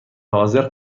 حاضر